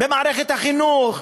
במערכת החינוך,